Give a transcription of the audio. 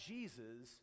Jesus